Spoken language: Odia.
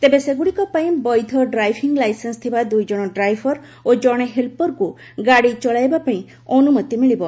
ତେବେ ସେଗୁଡ଼ିକ ପାଇଁ ବୈଧ ଡ୍ରାଇଭିଂ ଲାଇସେନ୍ସ ଥିବା ଦୁଇଜଣ ଡ୍ରାଇଭର ଓ ଜଣେ ହେଲ୍ପରକୁ ଗାଡ଼ି ଚଳାଇବା ପାଇଁ ଅନୁମତି ମିଳିବ